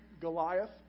Goliath